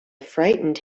frightened